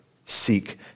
seek